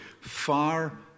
far